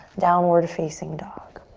downward facing dog.